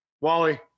Wally